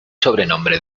sobrenombre